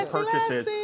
purchases